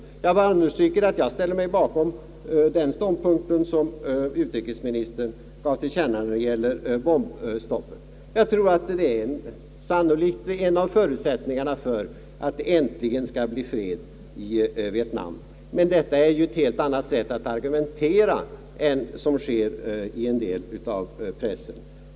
Jag vill alltså understryka att jag ställer mig bakom den ståndpunkt som utrikesministern gav till känna i fråga om bombstoppet. Jag tror att det är en av förutsättningarna för att det äntligen skall bli fred i Vietnam. Detta är ett helt annat sätt att argumentera än det som kommer till uttryck i en del av pressen.